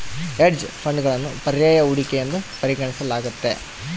hedge ಫಂಡ್ಗಳನ್ನು ಪರ್ಯಾಯ ಹೂಡಿಕೆ ಎಂದು ಪರಿಗಣಿಸಲಾಗ್ತತೆ